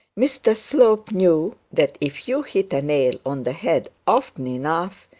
mr slope knew that if you hit a nail on the head often enough,